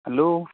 hello